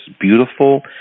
beautiful